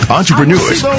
entrepreneurs